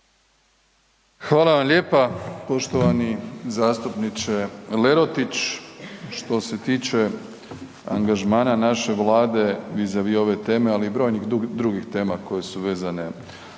Hvala vam lijepa poštovani zastupniče Lerotić. Što se tiče angažmana naše Vlade vi za vi ove teme, ali i brojnih drugih tema koje su vezane za